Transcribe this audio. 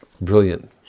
brilliant